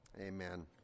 Amen